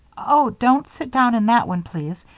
oh! don't sit down in that one, please!